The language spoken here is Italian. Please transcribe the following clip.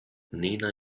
nina